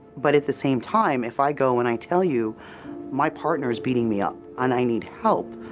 but at the same time, if i go and i tell you my partner is beating me up and i need help,